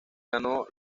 ganó